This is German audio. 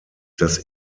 das